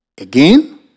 Again